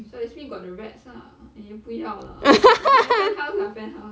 so that means got the rats lah !aiya! 不要啦 penthouse lah penthouse